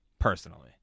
Personally